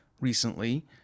recently